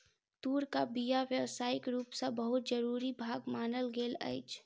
तूरक बीया व्यावसायिक रूप सॅ बहुत जरूरी भाग मानल गेल अछि